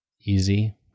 Easy